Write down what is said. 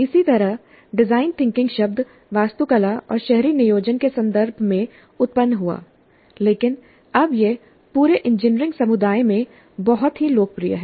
इसी तरह design thinking शब्द वास्तुकला और शहरी नियोजन के संदर्भ में उत्पन्न हुआ लेकिन अब यह पूरे इंजीनियरिंग समुदाय में बहुत लोकप्रिय है